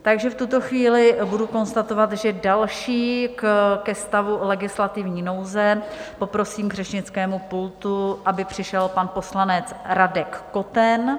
Takže v tuto chvíli budu konstatovat, že další ke stavu legislativní nouze, poprosím k řečnickému pultu, aby přišel pan poslanec Radek Koten.